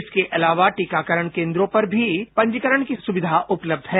इसके अलावा टीकाकरण केन्द्रों पर भी पंजीकरण की सुविधा उपलब्ध है